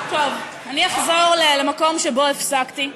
אני אחזור למקום שבו הפסקתי.